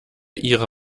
ihre